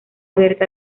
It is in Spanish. abierta